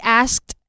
asked